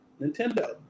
Nintendo